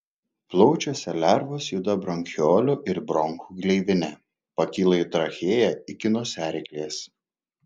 plaučiuose lervos juda bronchiolių ir bronchų gleivine pakyla į trachėją iki nosiaryklės